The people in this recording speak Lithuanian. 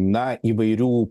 na įvairių